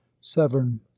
severn